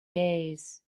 days